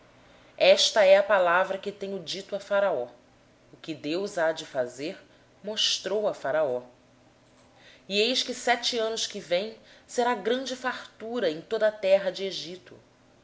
esta é a palavra que tenho dito a faraó o que deus há de fazer mostrou o a faraó e eis que vêm sete anos e haverá grande fartura em toda a terra do egito